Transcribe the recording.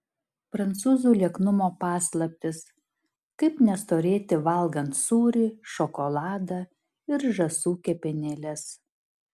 prancūzių lieknumo paslaptys kaip nestorėti valgant sūrį šokoladą ir žąsų kepenėles